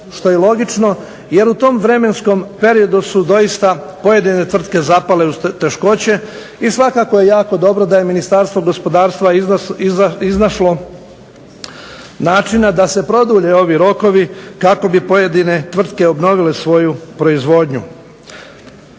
Što je logično jer u tom vremenskom periodu su doista pojedine tvrtke zapale u teškoće i i svakako je jako dobro da je Ministarstvo gospodarstva iznašlo načina da se produlje ovi rokovi kako bi pojedine tvrtke obnovile svoju proizvodnju.